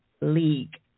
League